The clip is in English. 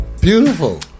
Beautiful